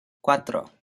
cuatro